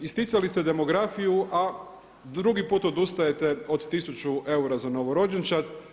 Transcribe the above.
Isticali ste demografiju a drugi put odustajete od 1000 eura za novorođenčad.